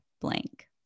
blank